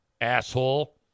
Asshole